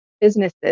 businesses